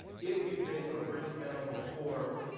if you have been to a bridge panel before,